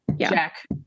Jack